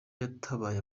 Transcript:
yatabaye